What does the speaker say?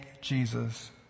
Jesus